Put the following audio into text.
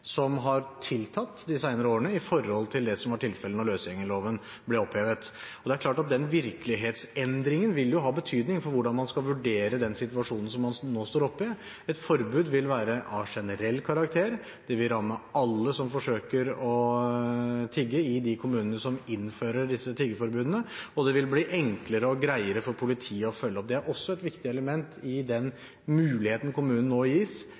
som har tiltatt de senere årene i forhold til det som var tilfelle, da løsgjengerloven ble opphevet. Det er klart at den virkelighetsendringen vil ha betydning for hvordan man skal vurdere den situasjonen som man nå står oppe i. Et forbud vil være av generell karakter, det vil ramme alle som forsøker å tigge, i de kommunene som innfører disse tiggeforbudene, og det vil bli enklere og greiere for politiet å følge opp. Det er også et viktig element i den muligheten kommunen nå gis,